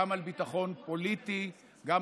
גם על ביטחון פוליטי, איתן, אנחנו רוצים ללכת.